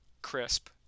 crisp